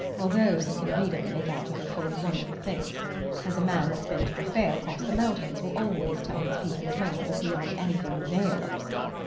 well, those that can read em make out that they're full of wonderful things as a man that's been to a fair across the mountains will always tell his people at home it was beyond anything they'll ever see.